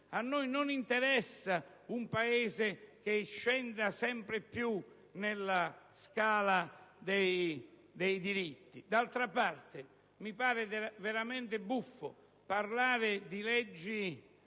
non interessa un Paese che scenda sempre più nella scala dei diritti. D'altra parte, mi sembra veramente buffo parlare di leggi